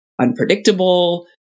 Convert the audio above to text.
unpredictable